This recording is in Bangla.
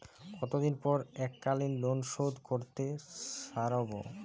কতদিন পর এককালিন লোনশোধ করতে সারব?